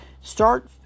start